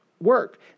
Work